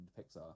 pixar